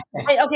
Okay